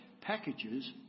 packages